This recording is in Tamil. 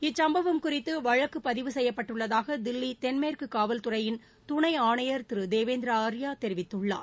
இச்சுப்பவம் குறித்து வழக்கு பதிவு செய்யப்பட்டுள்ளதாக தில்லி தென்மேற்கு காவல்துறையின் துணை ஆணையர் திரு தேவேந்திர ஆர்யா தெரிவித்துள்ளார்